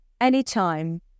anytime